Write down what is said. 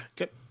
Okay